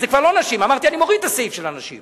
זה כבר לא נשים כי אמרתי שאני מוריד את הסעיף של הנשים,